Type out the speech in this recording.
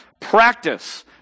practice